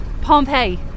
Pompeii